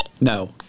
No